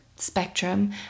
Spectrum